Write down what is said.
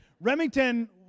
Remington